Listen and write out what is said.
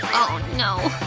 oh no,